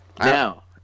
Now